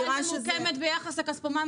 הכסף שלנו,